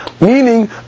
Meaning